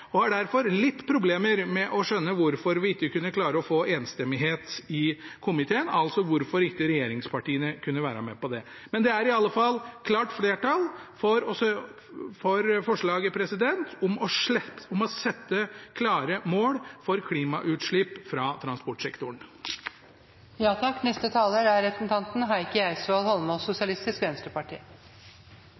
og har derfor litt problemer med å skjønne hvorfor vi ikke kunne klare å få enstemmighet i komiteen, altså hvorfor ikke regjeringspartiene kunne være med på det. Men det er iallfall klart flertall for forslaget om å sette klare mål for klimautslipp fra transportsektoren. Tusen takk til komiteen for den behandlingen den har gitt forslaget. Jeg mener det er